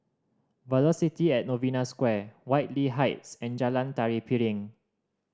Velocity at Novena Square Whitley Heights and Jalan Tari Piring